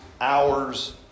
hours